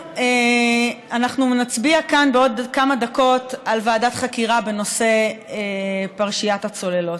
אנחנו נצביע כאן בעוד כמה דקות על ועדת חקירה בנושא פרשיית הצוללות.